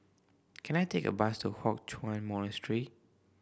can I take a bus to Hock Chuan Monastery